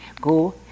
go